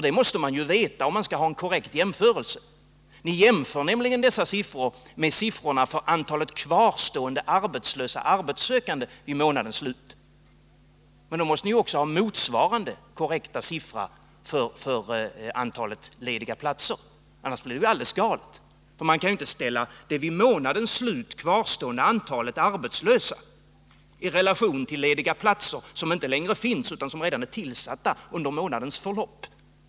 Det måste man ju veta, om man skall kunna göra en korrekt jämförelse. Ni jämför nämligen dessa siffror med siffrorna för antalet kvarstående arbetslösa arbetssökande vid månadens slut. Då måste ni också ha motsvarande korrekta siffra för antalet lediga platser. Annars blir det ju alldeles galet. Man kan ju inte ställa det vid månadens slut kvarstående antalet arbetslösa i relation till lediga platser som inte längre finns utan som redan är tillsatta under månadens förlopp.